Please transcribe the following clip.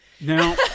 Now